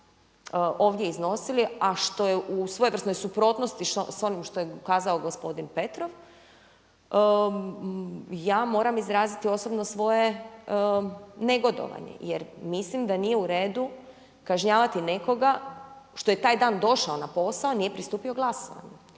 ovdje iznosili a što je u svojevrsnoj suprotnosti sa onim što je kazao gospodin Petrov, ja moram izraziti osobno svoje negodovanje jer mislim da nije u redu kažnjavati nekoga što je taj dan došao na posao a nije pristupio glasovanju.